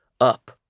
Up